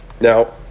Now